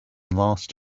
last